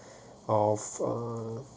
of uh